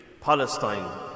Palestine